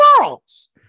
worlds